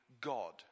God